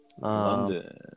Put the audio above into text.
London